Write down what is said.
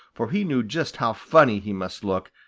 for he knew just how funny he must look,